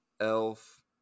Elf